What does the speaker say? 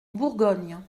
bourgogne